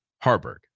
Harburg